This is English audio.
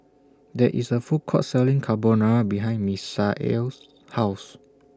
There IS A Food Court Selling Carbonara behind Misael's House